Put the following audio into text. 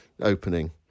opening